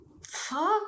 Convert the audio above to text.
Fuck